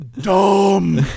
dumb